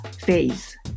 phase